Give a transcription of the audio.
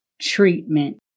treatment